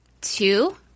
two